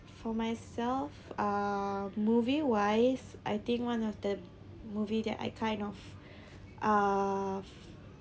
for myself uh movie wise I think one of the movie that I kind of uh